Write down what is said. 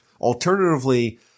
Alternatively